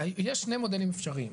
יש שני מודלים אפשריים,